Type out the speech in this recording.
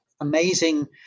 amazing